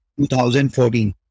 2014